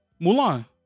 mulan